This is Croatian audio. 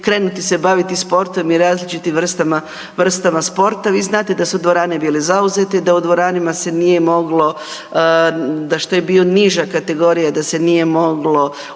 krenuti se baviti sportom i različitim vrstama sporta. Vi znate da su dvorane bile zauzete, da u dvoranama se nije moglo da što je bio niža kategorija da se nije moglo